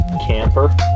camper